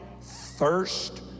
thirst